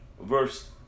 Verse